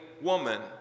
woman